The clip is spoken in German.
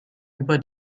über